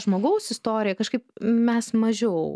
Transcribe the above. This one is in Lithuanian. žmogaus istoriją kažkaip mes mažiau